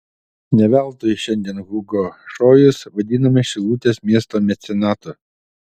ne veltui šiandien hugo šojus vadinamas šilutės miesto mecenatu